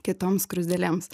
kitoms skruzdėlėms